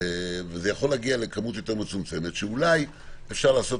זה יכול להגיע לכמות יותר מצומצמת שאולי אפשר לעשות